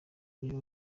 uburyo